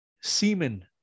semen